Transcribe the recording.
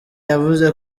yavuze